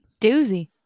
Doozy